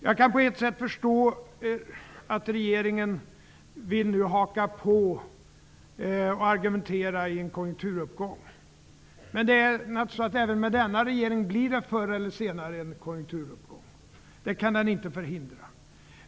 Jag kan på ett sätt förstå att regeringen vill haka på och argumentera i en konjunkturuppgång. Även med denna regering kommer det naturligtvis förr eller senare en konjunkturuppgång. Det kan den inte förhindra.